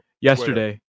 yesterday